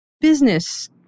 business